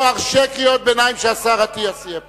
אבל לא ארשה קריאות ביניים כשהשר אטיאס יהיה פה.